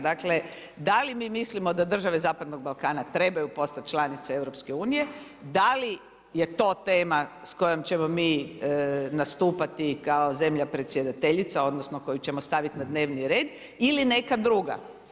Dakle, da li mi mislimo da države zapadnog Balkana trebaju postati članice EU-a, da li je to tema s kojom ćemo mi nastupati kao zemlja predsjedateljica odnosno koju ćemo staviti na dnevni red ili neka druga.